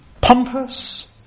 Pompous